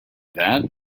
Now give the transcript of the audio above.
that